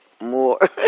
More